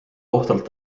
ohtralt